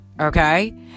okay